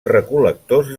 recol·lectors